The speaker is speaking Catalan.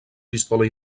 pistola